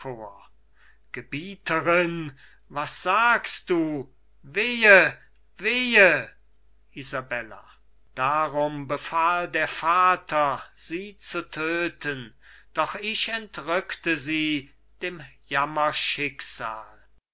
was sagst du wehe wehe isabella darum befahlt der vater sie zu tödten doch ich entrückte sie dem